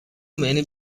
many